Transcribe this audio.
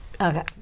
Okay